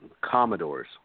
Commodores